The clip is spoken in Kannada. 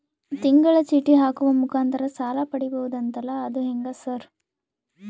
ತಿಂಗಳ ಚೇಟಿ ಹಾಕುವ ಮುಖಾಂತರ ಸಾಲ ಪಡಿಬಹುದಂತಲ ಅದು ಹೆಂಗ ಸರ್?